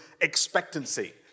expectancy